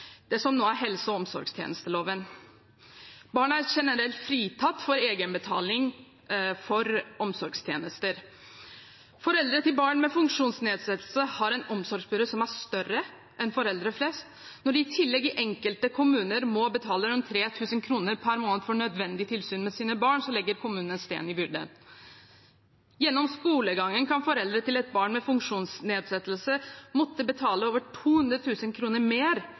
det som nå er helse- og omsorgstjenesteloven. Barn er generelt fritatt for egenbetaling for omsorgstjenester. Foreldre til barn med funksjonsnedsettelse har en omsorgsbyrde som er større enn foreldre flest har. Når de i tillegg i enkelte kommuner må betale rundt 3 000 kr per måned for nødvendig tilsyn for sine barn, legger kommunene stein til byrden. Gjennom skolegangen kan foreldre til et barn med funksjonsnedsettelse måtte betale over 200 000 kr mer